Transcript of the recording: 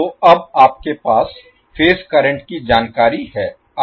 तो अब आपके पास फेज करंट की जानकारी है